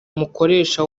mukoresha